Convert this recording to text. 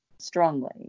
strongly